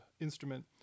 instrument